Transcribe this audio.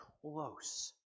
close